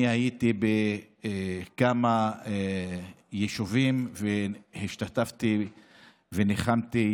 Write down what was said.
אני הייתי בכמה יישובים, השתתפתי וניחמתי